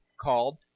called